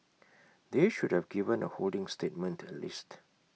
they should have given A holding statement at least